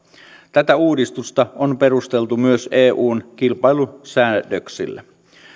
tätä uudistusta on perusteltu myös eun kilpailusäädöksillä